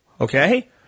Okay